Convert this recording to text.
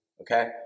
Okay